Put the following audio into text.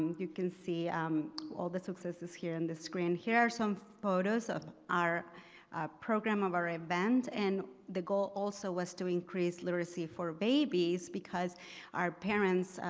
you can see um all the successes here in the screen. here are some photos of our program of our event and the goal also was to increase literacy for babies because our parents,